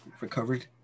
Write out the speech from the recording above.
recovered